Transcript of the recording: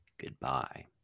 goodbye